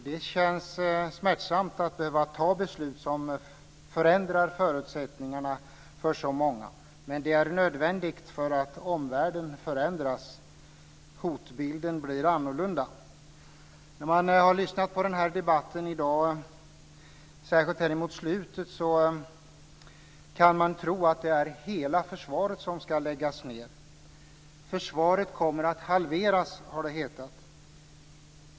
Det känns smärtsamt att behöva fatta beslut som förändrar förutsättningarna för så många, men det är nödvändigt för att omvärlden förändras. Hotbilden blir annorlunda. När man har lyssnat på den här debatten i dag, särskilt mot slutet, kan man tro att det är hela försvaret som ska läggas ned. Försvaret kommer att halveras, har det hetat.